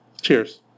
Cheers